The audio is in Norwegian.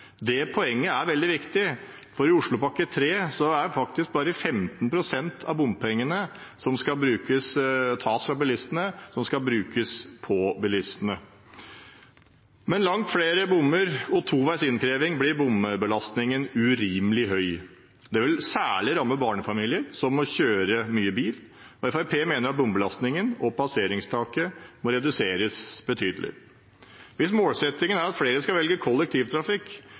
Det poenget er veldig viktig, for i Oslopakke 3 er det faktisk bare 15 pst. av bompengene som skal tas fra bilistene, som skal brukes på bilistene. Med langt flere bommer og toveis innkreving blir bombelastningen urimelig høy. Det vil særlig ramme barnefamilier som må kjøre mye bil. Fremskrittspartiet mener at bombelastningen og passeringstaket må reduseres betydelig. Hvis målsettingen er at flere skal velge kollektivtrafikk,